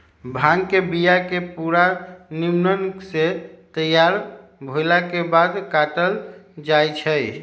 भांग के बिया के पूरा निम्मन से तैयार भेलाके बाद काटल जाइ छै